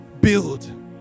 Build